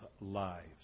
lives